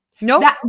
No